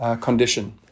condition